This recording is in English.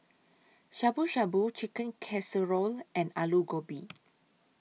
Shabu Shabu Chicken Casserole and Alu Gobi